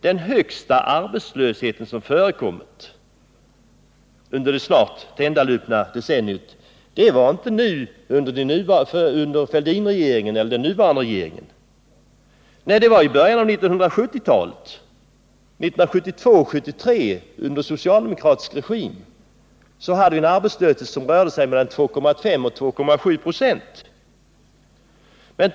Den högsta arbetslöshet som förekommit under detta snart tilländalupna decennium hade vi inte under Fälldinregeringen eller den nuvarande regeringen. Nej, det var i början av 1970-talet. 1972 och 1973, under socialdemokratisk regim, hade vi en arbetslöshet som rörde sig mellan 2,5 96 och 2,7 26.